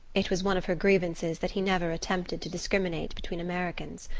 it was one of her grievances that he never attempted to discriminate between americans.